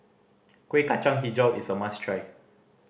Kueh Kacang Hijau is a must try